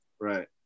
right